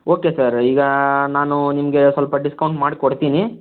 okay sir ಈಗ ನಾನು ನಿಮಗೆ ಸ್ವಲ್ಪ ಡಿಸ್ಕೌಂಟ್ ಮಾಡಿಕೊಡ್ತೀನಿ